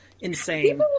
insane